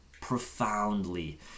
profoundly